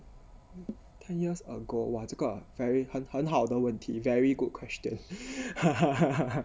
ten years ago !wah! 这个 very 很很好的问题 very good question